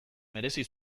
merezi